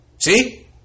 See